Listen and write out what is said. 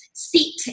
seat